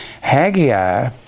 Haggai